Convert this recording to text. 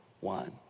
one